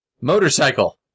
Motorcycle